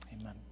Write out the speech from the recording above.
Amen